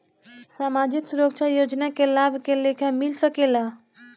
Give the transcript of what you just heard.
सामाजिक सुरक्षा योजना के लाभ के लेखा मिल सके ला?